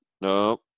Nope